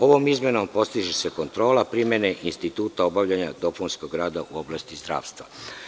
Ovom izmenom postiže se kontrola primene instituta obavljanja dopunskog rada u oblasti zdravstva.